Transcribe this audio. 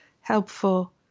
helpful